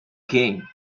game